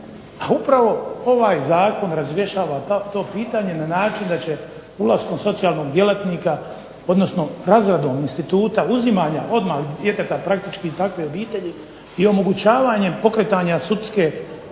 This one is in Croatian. upravo ovaj zakon razrješava to pitanje na način da će ulaskom socijalnog djelatnika odnosno razradom instituta uzimanja odmah djeteta praktički takve obitelji i omogućavanjem pokretanja sudskog